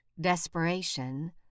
desperation